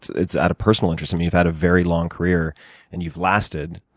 it's out of personal interest. you've had a very long career and you've lasted.